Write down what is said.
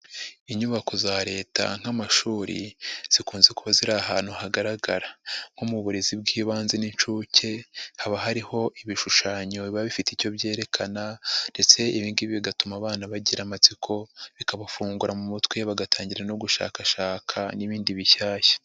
Inyubako za leta nk'amashuri zikunze kuba ziri ahantu hagaragara. Nko mu burezi bw'ibanze n'inshuke, haba hariho ibishushanyo biba bifite icyo byerekana ndetse ibi ngibi bigatuma abana bagira amatsiko, bikabafungura mu mutwe bagatangira no gushakashaka n'ibindi bishyashya.